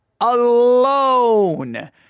alone